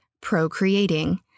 procreating